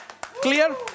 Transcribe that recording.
Clear